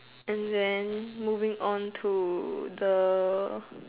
and then moving on to the